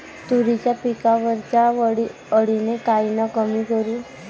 तुरीच्या पिकावरच्या अळीले कायनं कमी करू?